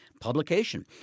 publication